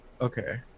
Okay